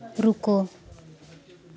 रुको